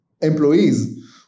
employees